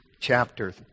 chapter